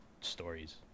stories